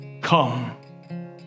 come